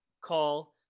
call